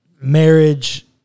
marriage